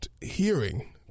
hearing